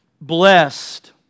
blessed